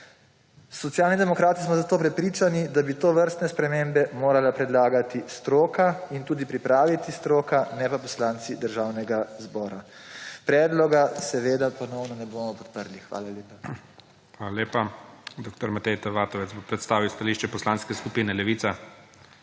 Socialni demokrati smo zato prepričani, da bi tovrstne spremembe morala predlagati stroka in tudi pripraviti stroka; ne pa poslanci Državnega zbora. Predloga seveda ponovno ne bomo podprli. Hvala lepa. **PREDSEDNIK IGOR ZORČIČ:** Hvala lepa. Dr. Matej T. Vatovec bo predstavil stališče Poslanske skupine Levica.